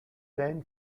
then